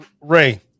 Ray